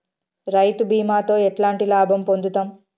రైతు బీమాతో ఎట్లాంటి లాభం పొందుతం?